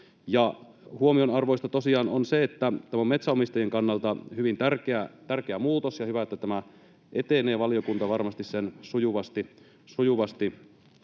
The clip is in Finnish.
Huomionarvoista tosiaan on se, että tämä on metsänomistajien kannalta hyvin tärkeä muutos, ja hyvä, että tämä etenee. Valiokunta varmasti sujuvasti